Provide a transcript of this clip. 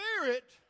Spirit